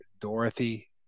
Dorothy